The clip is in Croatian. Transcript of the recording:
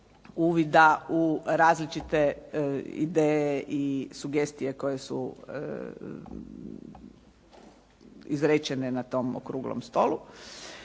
uvida u različite ideje i sugestije koje su izrečene na tom okruglom stolu.